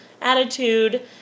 attitude